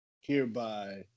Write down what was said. hereby